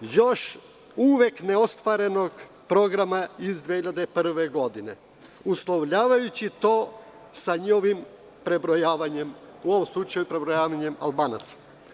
još uvek ne ostvarenog programa iz 2001. godine, uslovljavajući to sa njihovim prebrojavanjem, u ovom slučaju, Albanaca.